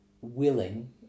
willing